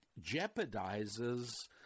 jeopardizes